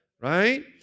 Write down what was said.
right